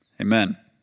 Amen